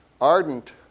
ardent